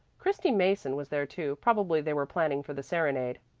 christy mason was there too probably they were planning for the serenade.